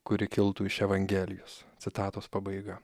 kuri kiltų iš evangelijos citatos pabaiga